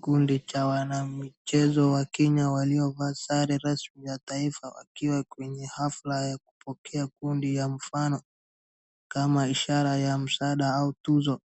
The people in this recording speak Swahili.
Kundi la wanamichezo wa Kenya waliovaa sare rasmi ya taifa wakiwa kwenye hafla ya kupokea kundi ya mfano kama ishara ya msaada au tuzo.